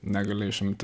negali išimti